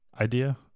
idea